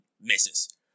misses